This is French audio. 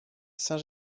saint